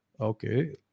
Okay